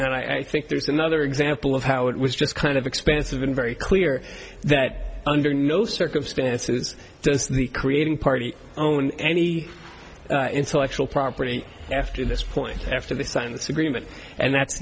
and i think there's another example of how it was just kind of expensive and very clear that under no circumstances does the creating party own any intellectual property after this point after they sign this agreement and that's